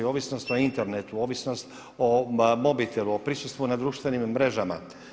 Ovisnost o internetu, ovisnost o mobitelu, o prisustvu na društvenim mrežama.